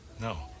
No